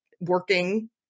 working